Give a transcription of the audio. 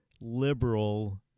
liberal